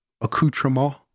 accoutrement